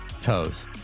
Toes